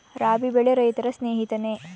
ರಾಬಿ ಬೆಳೆ ರೈತರ ಸ್ನೇಹಿತನೇ?